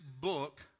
book